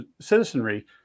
citizenry